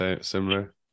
similar